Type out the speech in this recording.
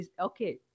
Okay